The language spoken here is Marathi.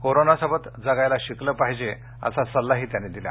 कोरोनासोबत जगायला शिकलं पाहिजे असा सल्लाही त्यांनी दिला